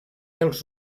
els